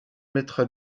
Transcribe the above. mettra